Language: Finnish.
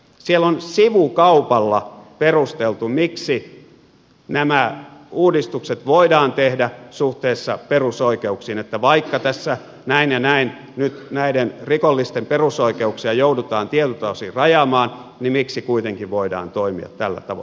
siellä on sivukaupalla perusteltu miksi nämä uudistukset voidaan tehdä suhteessa perusoikeuksiin että vaikka tässä näin ja näin nyt näiden rikollisten perusoikeuksia joudutaan tietyiltä osin rajaamaan niin miksi kuitenkin voidaan toimia tällä tavoin